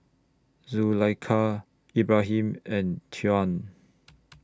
Zulaikha Ibrahim and Tuah